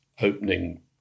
opening